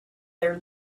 their